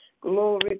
Glory